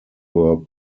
were